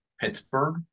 Pittsburgh